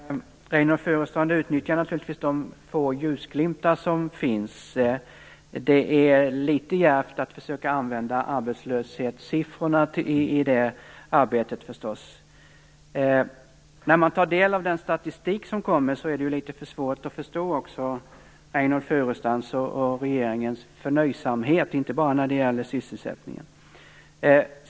Herr talman! Reynoldh Furustrand utnyttjar naturligtvis de få ljusglimtar som finns. Det är förstås litet djärvt att försöka använda arbetslöshetssiffrorna i det arbetet. När man tar del av statistiken är det också litet svårt att förstå Reynoldh Furustrands och regeringens förnöjsamhet, inte bara när det gäller sysselsättningen.